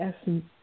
essence